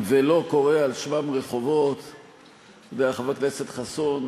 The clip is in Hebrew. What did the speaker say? ולא קורא על שמם רחובות אתה יודע, חבר הכנסת חסון,